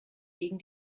gegen